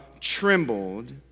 trembled